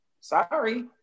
sorry